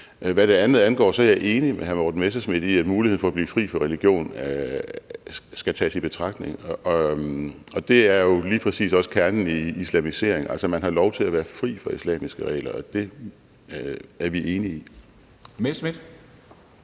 Hvad det andet angår, er jeg enig med hr. Morten Messerschmidt i, at muligheden for at blive fri for religion skal tages i betragtning, og det er jo lige præcis også kernen i islamisering – altså, man har lov til at være fri for islamiske regler. Og det er vi enige i. Kl.